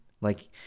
Like-